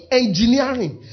engineering